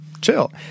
chill